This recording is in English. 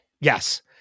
Yes